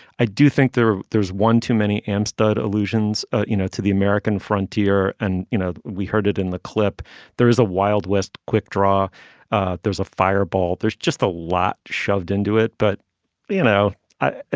i do think there there's one too many amistad illusions you know to the american frontier and you know we heard it in the clip there is a wild west quick draw there's a fireball there's just a lot shoved into it but you know